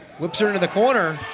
whips her into the corner